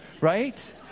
Right